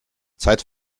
zeit